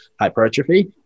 hypertrophy